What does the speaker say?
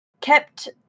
kept